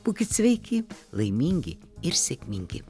būkit sveiki laimingi ir sėkmingi